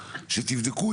שתבדקו,